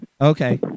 Okay